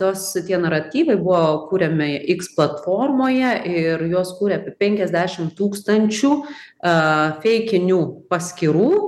tos tie naratyvai buvo kuriami iks platformoje ir juos kūrė penkiasdešim tūkstančių aaa feikinių paskyrų